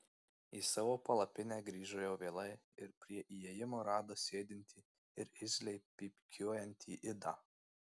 į savo palapinę grįžo jau vėlai ir prie įėjimo rado sėdintį ir irzliai pypkiuojantį idą